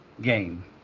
game